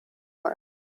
line